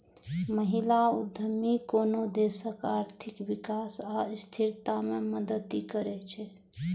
महिला उद्यमी कोनो देशक आर्थिक विकास आ स्थिरता मे मदति करै छै